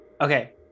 Okay